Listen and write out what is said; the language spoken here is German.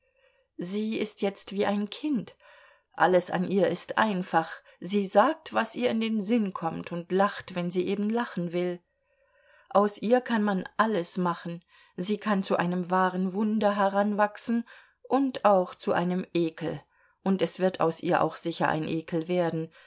sie ist jetzt wie ein kind alles an ihr ist einfach sie sagt was ihr in den sinn kommt und lacht wenn sie eben lachen will aus ihr kann man alles machen sie kann zu einem wahren wunder heranwachsen und auch zu einem ekel und es wird aus ihr auch sicher ein ekel werden